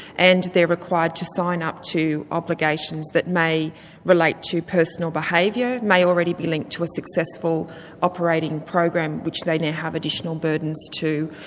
and they're required to sign up to obligations that may relate to personal behaviour, may already be linked to a successful operating program which like may have additional burdens to